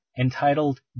entitled